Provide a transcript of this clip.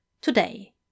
Today